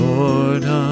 Lord